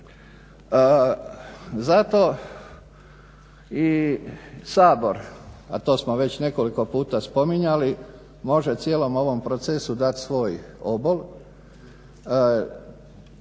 Zato i Sabor, a to smo već nekoliko puta spominjali može cijelom ovom procesu dati svoj obol